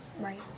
Right